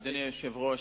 אדוני היושב-ראש,